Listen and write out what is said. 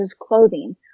clothing